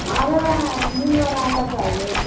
अरे वाला आटा चाहिये